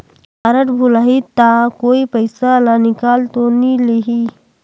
Card भुलाही ता कोई पईसा ला निकाल तो नि लेही?